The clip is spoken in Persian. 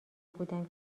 بودم